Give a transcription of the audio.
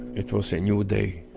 it was a new day.